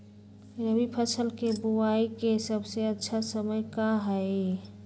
रबी फसल के बुआई के सबसे अच्छा समय का हई?